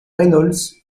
reynolds